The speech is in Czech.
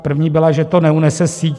První byla, že to neunese síť.